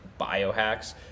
biohacks